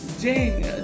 ding